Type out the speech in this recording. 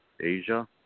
Asia